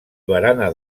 barana